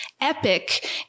epic